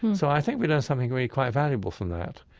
and so i think we learn something really quite valuable from that.